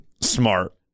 smart